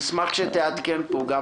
נשמח שתעדכן פה.